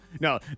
No